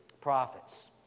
prophets